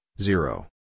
zero